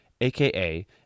aka